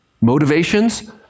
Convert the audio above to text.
motivations